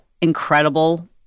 incredible